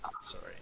sorry